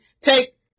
take